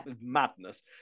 madness